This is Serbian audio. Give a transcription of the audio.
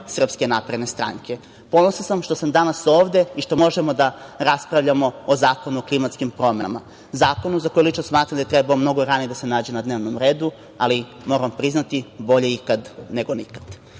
što sam deo SNS. Ponosan sam što sam danas ovde i što možemo da raspravljamo o Zakonu o klimatskim promenama, zakonu za koji lično smatram da je trebao mnogo ranije da se nađe na dnevnom redu, ali, moram priznati, bolje ikad nego nikad. Kad